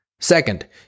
Second